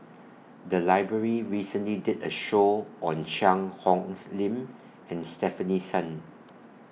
The Library recently did A Show on Cheang Hong's Lim and Stefanie Sun